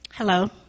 Hello